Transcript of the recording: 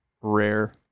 rare